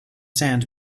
sand